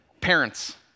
Parents